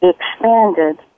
expanded